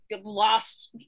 lost